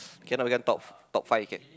cannot become top top five can